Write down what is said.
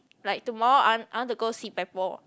like tomorrow I want I want to go Si-Pai-Por